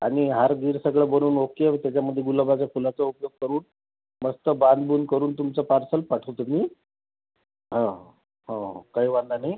आणि हार बिर सगळं बनवून ओके त्याच्यामध्ये गुलाबाच्या फुलाचा उपयोग करू मस्त बांध बुंद करून तुमचं पार्सल पाठवतो मी हां हो काही वांधा नाही